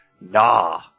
nah